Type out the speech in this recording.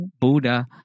Buddha